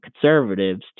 conservatives